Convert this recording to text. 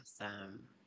awesome